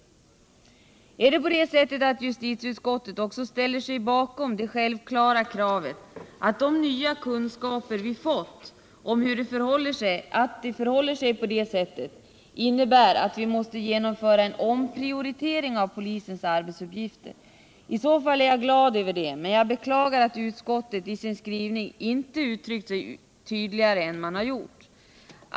brottsligheten Ställer sig justitieutskottet också bakom det självklara kravet att de nya kunskaper vi fått om att det förhåller sig på det här sättet innebär att vi måste genomföra en omprioritering av polisens arbetsuppgifter? I så fall är jag glad över det, men beklagar att utskottet i sin skrivning inte uttryckt sig tydligare än man har gjort.